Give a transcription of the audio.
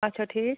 آچھا ٹھیٖک